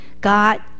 God